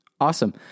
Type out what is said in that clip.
Awesome